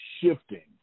shifting